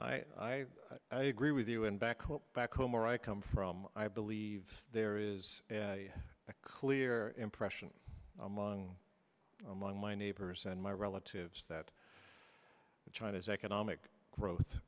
i agree with you and back home back home where i come from i believe there is a clear impression among among my neighbors and my relatives that china's economic growth